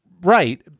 right